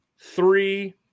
three